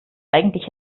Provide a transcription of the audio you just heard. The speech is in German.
eigentlich